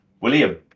William